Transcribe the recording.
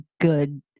good